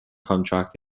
contract